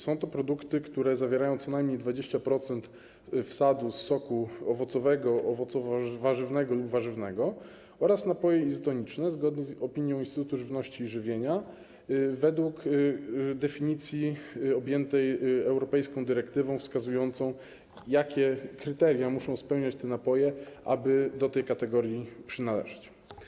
Są to produkty, które zawierają co najmniej 20% wsadu z soku owocowego, owocowo-warzywnego lub warzywnego, oraz napoje izotoniczne, zgodnie z opinią Instytutu Żywności i Żywienia według definicji objętej europejską dyrektywą wskazującą, jakie kryteria muszą spełniać napoje, aby do tej kategorii przynależeć.